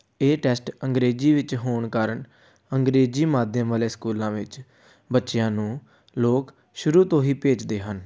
ਇਹ ਟੈਸਟ ਅੰਗਰੇਜ਼ੀ ਵਿੱਚ ਹੋਣ ਕਾਰਨ ਅੰਗਰੇਜ਼ੀ ਮਾਧਿਅਮ ਵਾਲੇ ਸਕੂਲਾਂ ਵਿੱਚ ਬੱਚਿਆਂ ਨੂੰ ਲੋਕ ਸ਼ੁਰੂ ਤੋਂ ਹੀ ਭੇਜਦੇ ਹਨ